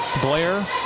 Blair